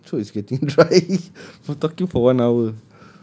my throat is getting dry for talking for one hour